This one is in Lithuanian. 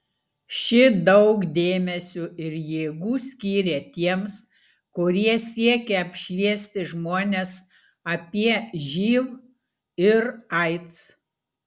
ši daug dėmesio ir jėgų skyrė tiems kurie siekia apšviesti žmones apie živ ir aids